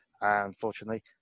Unfortunately